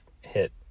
hit